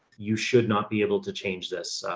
you should not be able to change this.